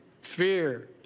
fear